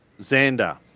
Xander